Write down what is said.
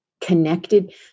connected